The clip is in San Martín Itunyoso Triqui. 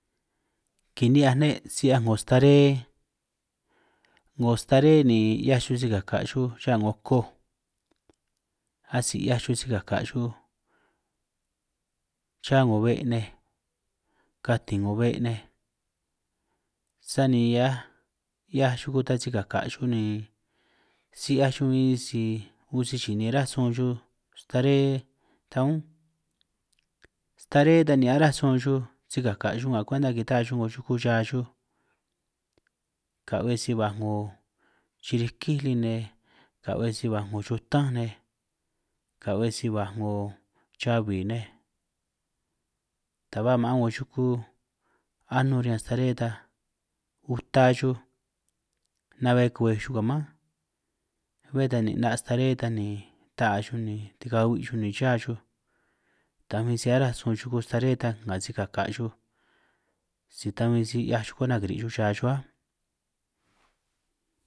Kini'hiaj ne' taj si 'hiaj 'ngo staré 'ngo staré ni 'hiaj chuj sikaka chuj cha raa 'ngo koj asij 'hiaj chuj sikaka' chuj, chihiá 'ngo be' nej katin 'ngo be' nej sani hiaj 'hiaj chuku tan sikaka chuj ni si'hiaj chuj bin si uhuin si chi'i ni araj sun chuj staré tan únj, staré tan ni aranj sun chunj sikaka' chuj ka kwenda kita'a chuj 'ngo chuku cha chuj, ka'be si baj 'ngo chirikíj lij nej, ka'hue si baj 'ngo chutánj nej, ka'hue si baj 'ngo chabi nej, taj ba ma'an 'ngo chuku anun riñan staré taj uta chuj na'hue kwej chuj ka' mánj, be tan ni 'na' staré tan ni ta'a chuj ni tikabi' chuj ni cha chuj tan bin si aranj sun chuku staré tan nga sikaka chuj si ta bin si 'hiaj chuj kwenta kiri' chuj cha chuj áj.